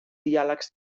diàlegs